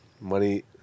Money